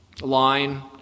line